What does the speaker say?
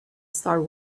star